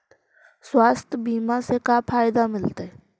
स्वास्थ्य बीमा से का फायदा मिलतै?